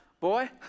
Boy